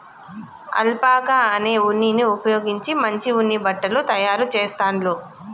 alpaca అనే ఉన్నిని ఉపయోగించి మంచి ఉన్ని బట్టలు తాయారు చెస్తాండ్లు